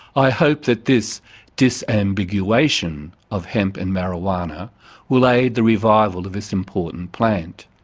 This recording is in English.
i hope that this disambiguation of hemp and marijuana will aid the revival of this important plant.